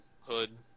hood